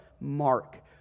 Mark